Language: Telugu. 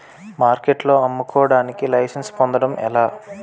మార్కెట్లో అమ్ముకోడానికి లైసెన్స్ పొందడం ఎలా?